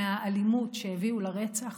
מהאלימות שהביאו לרצח,